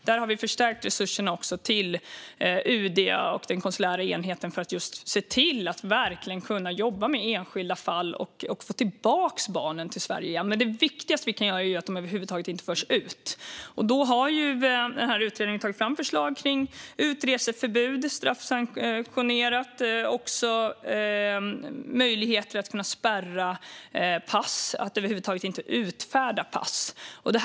Där har vi förstärkt resurserna till UD och den konsulära enheten, just för att se till att verkligen kunna jobba med enskilda fall och få tillbaka barnen till Sverige igen. Det viktigaste är dock att de över huvud taget inte förs ut. Utredningen har tagit fram förslag om straffsanktionerat utreseförbud och möjligheter att spärra pass eller inte utfärda pass över huvud taget.